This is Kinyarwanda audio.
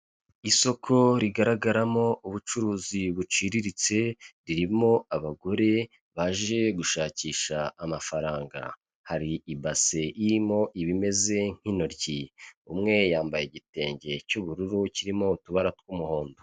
Isoko rigaragaramo ubucuruzi buciriritse, ririmo abagore baje gushakisha amafaranga. Hari ibase irimo ibimeze nk'intoryi. Umwe yambaye igitenge cy'ubururu kirimo utubara tw'umuhondo.